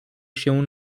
się